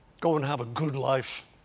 go and have a good life,